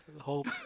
Hope